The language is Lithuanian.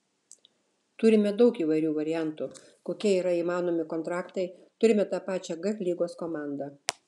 turime daug įvairių variantų kokie yra įmanomi kontraktai turime tą pačią g lygos komandą